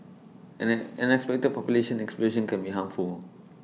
an an unexpected population explosion can be harmful